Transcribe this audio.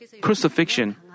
crucifixion